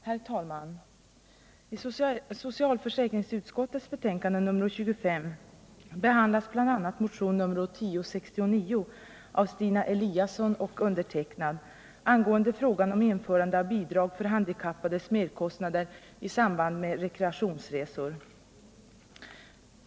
Herr talman! 1 socialförsäkringsutskottets betänkande nr 25 behandlas bl.a. motionen 1069 av Stina Eliasson och mig angående frågan om införande av bidrag för handikappades merkostnader i samband med rekreationsresor.